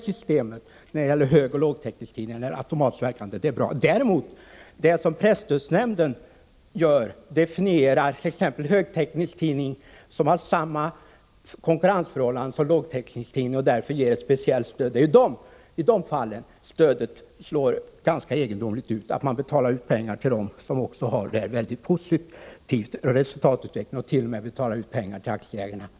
Systemet med automatiskt verkande bidrag till lågtäckningstidningar är alltså bra. Det är i de fall när en högtäckningstidning enligt presstödsnämndens definition har samma konkurrensförhållanden som en lågtäckningstidning och därför ges ett speciellt stöd som stödet slår ganska egendomligt. Man betalar alltså ut pengar också till dem som har en mycket positiv resultatutveckling, ja, t.o.m. ger utdelning till aktieägarna.